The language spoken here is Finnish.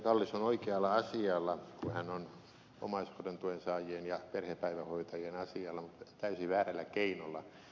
kallis on oikealla asialla kun hän on omaishoidon tuen saajien ja perhepäivähoitajien asialla mutta täysin väärällä keinolla